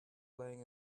laying